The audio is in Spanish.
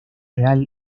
real